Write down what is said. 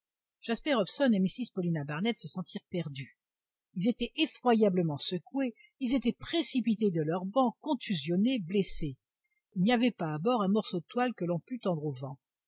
jasper hobson et mrs paulina barnett se sentirent perdus ils étaient effroyablement secoués ils étaient précipités de leurs bancs contusionnés blessés il n'y avait pas à bord un morceau de toile que l'on pût tendre au vent